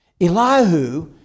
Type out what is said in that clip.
Elihu